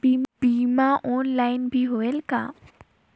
बीमा ऑनलाइन भी होयल का?